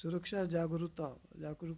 सुरक्षा जागरूता